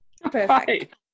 perfect